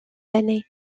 années